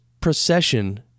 procession